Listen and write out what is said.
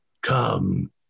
come